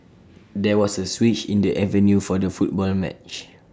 there was A switch in the venue for the football match